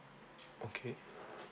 okay